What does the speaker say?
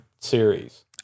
series